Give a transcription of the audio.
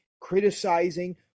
criticizing